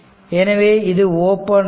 எனவே இது ஓபன் ஆகும்